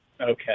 Okay